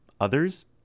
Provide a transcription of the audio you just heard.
Others